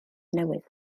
newydd